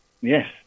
Yes